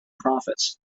profits